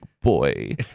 boy